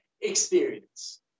experience